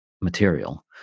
material